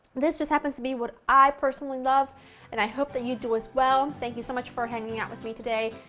this just happens to be what i personally love and i hope that you do as well. thank you so much for hanging out with me today.